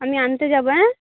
আমি আনতে যাবো অ্যাঁ